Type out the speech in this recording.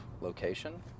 location